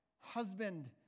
Husband